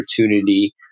opportunity